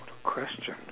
question